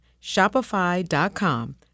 Shopify.com